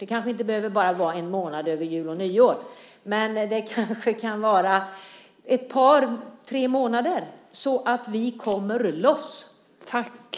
Den kanske inte behöver vara en månad över jul och nyår, men den kanske kan vara ett par tre månader så att vi kommer loss.